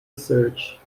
search